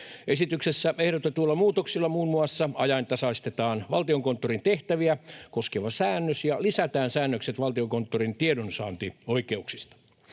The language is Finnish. Esityksessä ehdotetuilla muutoksilla muun muassa ajantasaistetaan Valtiokonttorin tehtäviä koskeva säännös ja lisätään säännökset Valtiokonttorin tiedonsaantioikeuksista.